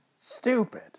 stupid